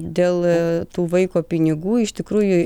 dėl tų vaiko pinigų iš tikrųjų